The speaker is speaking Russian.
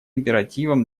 императивом